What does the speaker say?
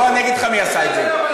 בוא אגיד לך מי עשה את זה.